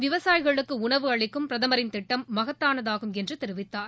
விவசாயிகளுக்கு உணவு அளிக்கும் பிரதமரின் திட்டம் மகத்தானதாகும் என்று தெரிவித்தார்